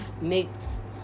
mix